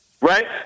Right